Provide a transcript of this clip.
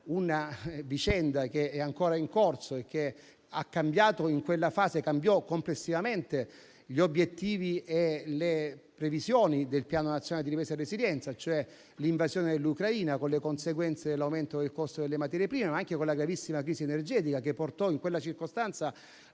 una vicenda che è ancora in corso e che in quella fase cambiò complessivamente gli obiettivi e le previsioni del Piano nazionale di ripresa e resilienza, cioè l'invasione dell'Ucraina, con il conseguente aumento del costo delle materie prime. Il secondo è la gravissima crisi energetica che portò in quella circostanza